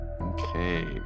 Okay